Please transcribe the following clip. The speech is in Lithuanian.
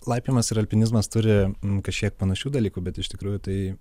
laipiojimas ir alpinizmas turi m kažkiek panašių dalykų bet iš tikrųjų tai